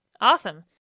Awesome